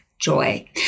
joy